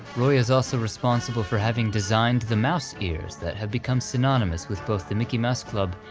roy is also responsible for having designed the mouse ears that have become synonymous with both the mickey mouse club,